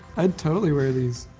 i'd totally wear these.